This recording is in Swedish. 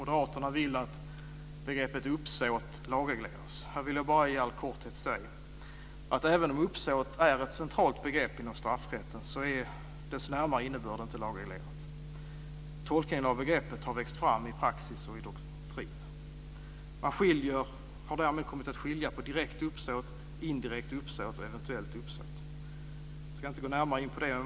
Moderaterna vill att begreppet uppsåt lagregleras. Här vill jag bara i all korthet säga att även om uppsåt är ett centralt begrepp inom straffrätten är dess närmare innebörd inte lagreglerad. Tolkningen av begreppet har vuxit fram i praxis och doktrin. Man har därmed kommit att skilja mellan direkt uppsåt, indirekt uppsåt och eventuellt uppsåt. Jag ska inte gå närmare in på det.